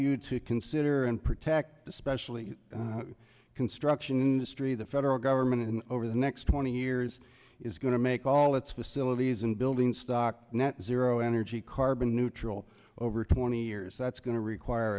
you to consider and protect especially the construction industry the federal government and over the next twenty years is going to make all its facilities and building stock net zero energy carbon neutral over twenty years that's going to require